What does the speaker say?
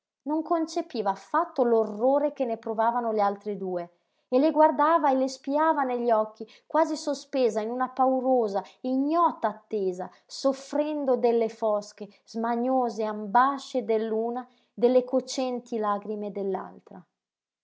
non concepiva affatto l'orrore che ne provavano le altre due e le guardava e le spiava negli occhi quasi sospesa in una paurosa ignota attesa soffrendo delle fosche smaniose ambasce dell'una delle cocenti lagrime